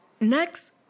Next